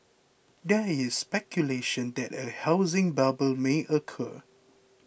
there is speculation that a housing bubble may occur